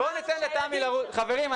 חברים,